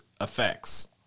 effects